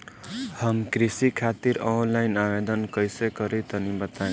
हम कृषि खातिर आनलाइन आवेदन कइसे करि तनि बताई?